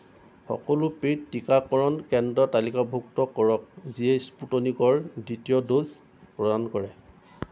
সকলো পে'ইড টীকাকৰণ কেন্দ্ৰ তালিকাভুক্ত কৰক যিয়ে স্পুটনিকৰ দ্বিতীয় ড'জ প্ৰদান কৰে